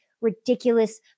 ridiculous